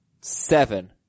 Seven